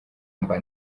mba